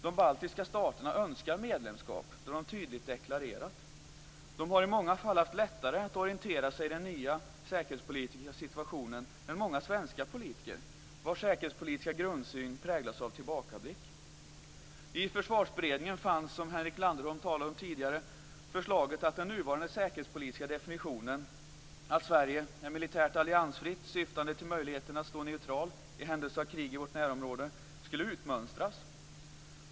De baltiska staterna önskar medlemskap. Det har de tydligt deklarerat. De har i många fall haft lättare att orientera sig i den nya säkerhetspolitiska situationen än många svenska politiker, vars säkerhetspolitiska grundsyn präglas av tillbakablick. I försvarsberedningen fanns, som Henrik Landerholm talade om tidigare, förslaget att den nuvarande säkerhetspolitiska definitionen, att Sverige är militärt alliansfritt syftande till möjligheten att stå neutral i händelse av krig i vårt närområde, skulle utmönstras.